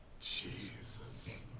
Jesus